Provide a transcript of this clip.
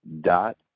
dot